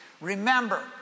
remember